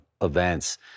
events